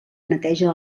neteja